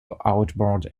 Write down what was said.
outboard